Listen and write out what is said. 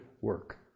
work